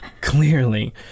Clearly